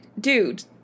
dude